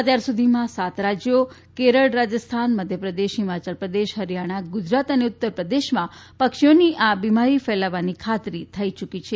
અત્યાર સુધીમાં સાત રાજ્યો કેરળ રાજસ્થાન મધ્યપ્રદેશ હિમાચલ પ્રદેશ હરિયાણા ગુજરાત અને ઉત્તર પ્રદેશમાં પક્ષીઓની આ બિમારી ફેલાવાની ખાતરી થઇ યુકી છે